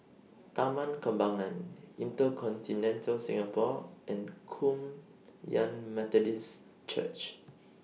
Taman Kembangan InterContinental Singapore and Kum Yan Methodist Church